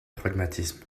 pragmatisme